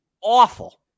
awful